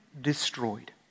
destroyed